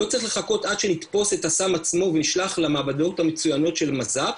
לא צריך לחכות עד שנתפוס את הסם עצמו ונשלח למעבדות המצוינות של מז"פ,